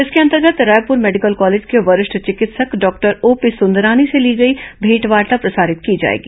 इसके अंतर्गत Raipur medical college के वरिष्ठ चिकित्सक डॉक्टर ओपी सुंदरानी से ली गई भेंटवार्ता प्रसारित की जाएगी